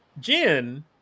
Jen